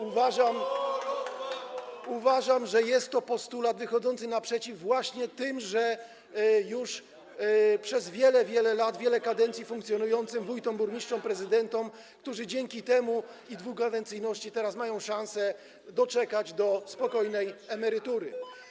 Uważam, że jest to postulat wychodzący naprzeciw właśnie tymże już przez wiele, wiele lat, przez wiele kadencji funkcjonującym wójtom, burmistrzom czy prezydentom, którzy dzięki temu i dwukadencyjności teraz mają szansę doczekać do spokojnej emerytury.